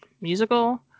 musical